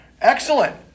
Excellent